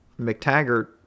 McTaggart